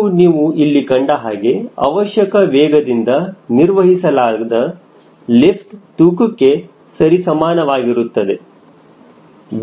ಹಾಗೂ ನೀವು ಇಲ್ಲಿ ಕಂಡಹಾಗೆ ಅವಶ್ಯಕ ವೇಗದಿಂದ ನಿರ್ವಹಿಸಲಾಗದ ಲಿಫ್ಟ್ ತೂಕಕ್ಕೆ ಸರಿಸಮಾನವಾಗಿರುತ್ತದೆ